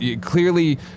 clearly